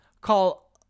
call